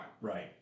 Right